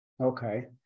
Okay